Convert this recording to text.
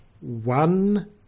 one